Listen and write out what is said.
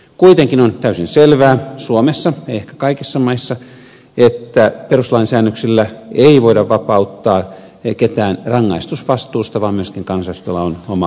kuitenkin on täysin selvää suomessa ehkä kaikissa maissa että perustuslain säännöksillä ei voida vapauttaa ketään rangaistusvastuusta vaan myöskin kansanedustajalla on oma rangaistusvastuunsa